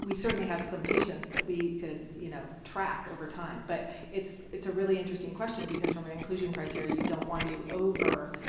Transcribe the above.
certainly have some patients that we could you know track over time, but it's it's a really interesting question, because from an inclusion criteria you don't want to over,